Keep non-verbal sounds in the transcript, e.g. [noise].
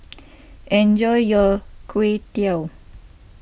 enjoy your Chwee [unintelligible]